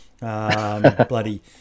Bloody